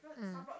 mm